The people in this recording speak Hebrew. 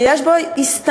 יש בו הסתננות,